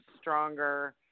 stronger